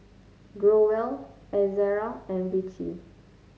Growell Ezerra and Vichy